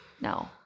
no